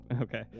Okay